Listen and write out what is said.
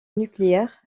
nucléaire